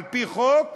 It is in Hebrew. על-פי חוק,